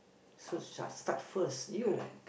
so should I start first you